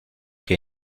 que